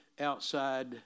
outside